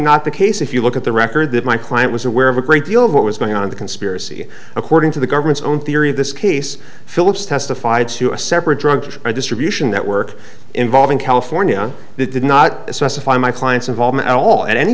not the case if you look at the record that my client was aware of a great deal of what was going on in the conspiracy according to the government's own theory of this case phillips testified to a separate drug distribution network involving california that did not specify my client's involvement at all at any